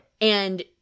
And-